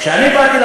שאנחנו רוצים לבוא